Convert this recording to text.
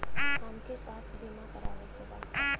हमके स्वास्थ्य बीमा करावे के बा?